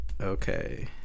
Okay